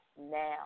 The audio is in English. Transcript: now